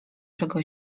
czego